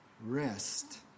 rest